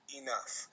enough